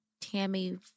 Tammy